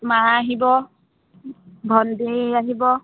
মা আহিব ভন্টী আহিব